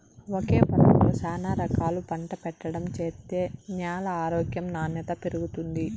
ఒకే పొలంలో శానా రకాలు పంట పెట్టడం చేత్తే న్యాల ఆరోగ్యం నాణ్యత పెరుగుతుంది